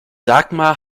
dagmar